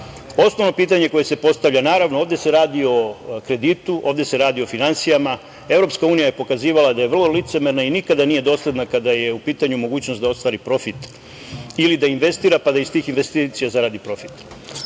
osnovno pitanje koje se postavlja, naravno ovde se radi o kreditu, ovde se radi o finansijama, EU je pokazivala da je vrlo licemerna i nikada nije dosledna kada je u pitanju mogućnost da ostvari profit ili da investira, pa da iz tih investicija zaradi profit. Ta